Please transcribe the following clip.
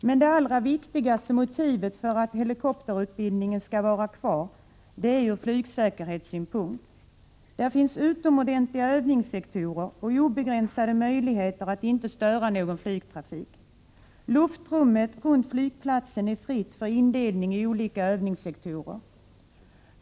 Men det allra viktigaste motivet för att helikopterutbildningen skall vara kvar på Skavsta är att flygplatsen är så bra ur flygsäkerhetssynpunkt. Där finns utomordentliga övningssektorer och obegränsade möjligheter att flyga utan att störa annan flygtrafik. Luftrummet runt flygplatsen är fritt för indelning i olika övningssektorer.